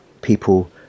people